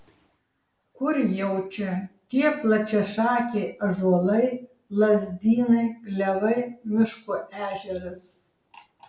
kur jau čia tie plačiašakiai ąžuolai lazdynai klevai miško ežeras